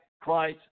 Christ